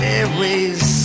Airways